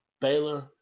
Baylor